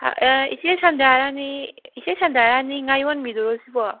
ꯏꯆꯦ ꯁꯟꯗ꯭ꯌꯥꯔꯥꯅꯤ ꯏꯆꯦ ꯁꯟꯗ꯭ꯌꯥꯔꯥꯅꯤ ꯉꯥꯌꯣꯟꯕꯤꯗꯨꯔꯣ ꯁꯤꯕꯣ